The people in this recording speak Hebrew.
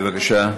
בבקשה.